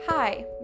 Hi